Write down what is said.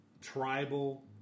Tribal